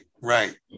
Right